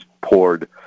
poured